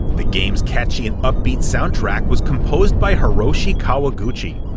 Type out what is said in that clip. the game's catchy and upbeat soundtrack was composed by hiroshi kawaguchi,